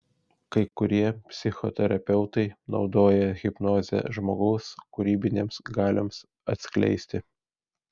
kai kurie psichoterapeutai naudoja hipnozę žmogaus kūrybinėms galioms atskleisti